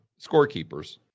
scorekeepers